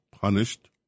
punished